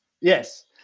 Yes